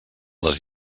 les